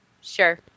Sure